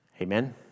Amen